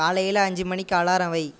காலையில் அஞ்சு மணிக்கு அலாரம் வை